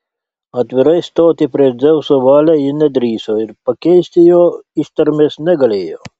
atvirai stoti prieš dzeuso valią ji nedrįso ir pakeisti jo ištarmės negalėjo